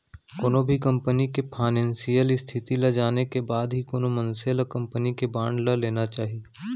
कोनो भी कंपनी के फानेसियल इस्थिति ल जाने के बाद ही कोनो मनसे ल कंपनी के बांड ल लेना चाही